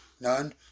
None